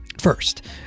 First